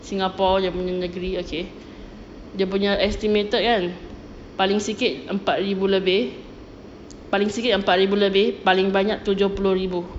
singapore dia punya negeri okay dia punya estimated kan paling sikit empat ribu lebih paling sikit empat ribu lebih paling banyak tujuh puluh ribu